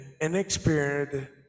inexperienced